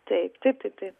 taip taip taip taip